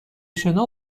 شنا